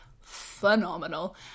phenomenal